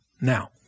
Now